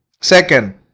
Second